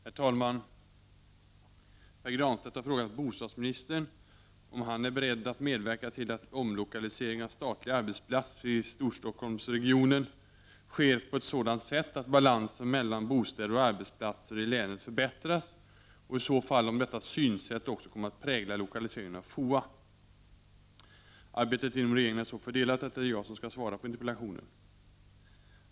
Herr talman! Pär Granstedt har frågat bostadsministern om han är beredd att medverka till att omlokalisering av statliga arbetsplatser i Stockholmsregionen sker på ett sådant sätt att balansen mellan bostäder och arbetsplatser i länet förbättras och i så fall om detta synsätt också kommer att prägla lokaliseringen av FOA. Arbetet inom regeringen är så fördelat att det är jag som skall svara på interpellationen.